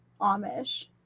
Amish